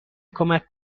کمک